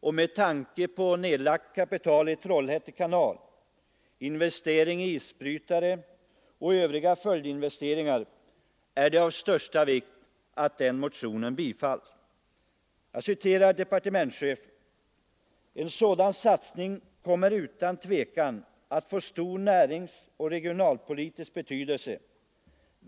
och med tanke på nedlagt kapital för utbyggnad av Trollhätte kanal med investering i isbrytare och övriga följdinvesteringar, är det av största vikt att motionen bifalles. Jag citerar departementschefen: ”En sådan satsning kommer utan tvekan att få stor näringsoch regionalpolitisk betydelse.